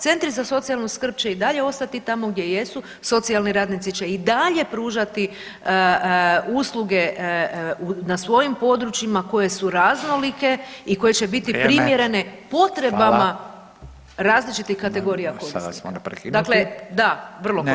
Centri za socijalnu skrb će i dalje ostati tamo gdje jesu, socijalni radnici će i dalje pružati usluge na svojim područjima koje su raznolike i koje [[Upadica Radin: Vrijeme.]] će biti primjerene potrebama [[Upadica Radin: Hvala.]] različitih kategorija korisnika [[Upadica Radin: Sad vas moram prekinuti.]] Dakle, da vrlo korisno.